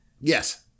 Yes